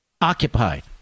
Occupied